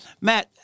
Matt